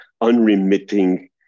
unremitting